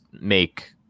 make